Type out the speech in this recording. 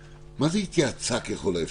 מה זה "שהתייעצה, ככל האפשר"?